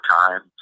time